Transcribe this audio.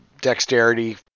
dexterity